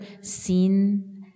seen